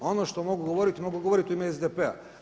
A ono što mogu govoriti, mogu govoriti u ime SDP-a.